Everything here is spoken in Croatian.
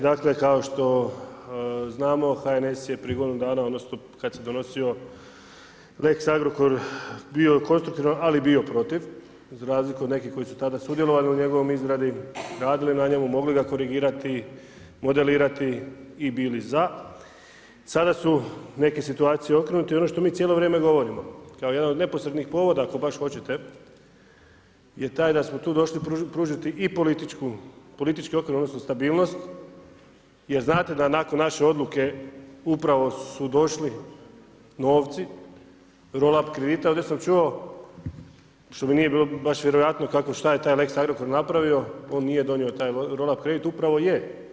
Dakle kao što znamo, HNS je prije godinu dana, odnosno kad se donosio lex Agrokor bio konstruktivan, ali bio protiv, za razliku od nekih koji su tada sudjelovali u njegovoj izradi, radili na njemu, mogli ga korigirati, modelirati i bili za, sada su neke situacije okrenute i ono što mi cijelo vrijeme govorimo, kao jedan od neposrednih povoda ako baš hoćete je taj da smo tu došli pružiti i politički otklon, odnosno stabilnost jer znate da nakon naše odluke upravo su došli novci, roll up kredita i onda sam čuo što mi nije bilo baš vjerojatno kako, šta je taj lex Agrokor napravio, on nije donio taj roll up kredit, upravo je.